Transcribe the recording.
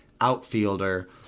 outfielder